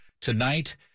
tonight